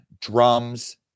drums